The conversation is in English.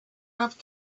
have